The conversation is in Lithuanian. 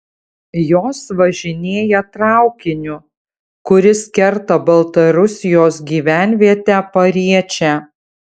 jos važinėja traukiniu kuris kerta baltarusijos gyvenvietę pariečę